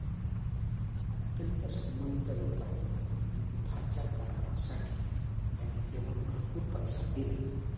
अत्यंत श्रीमंत लोकांनी युद्धाच्या करारासाठी बँकेला भरपूर पैसा दिला